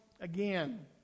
again